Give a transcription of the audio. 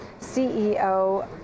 CEO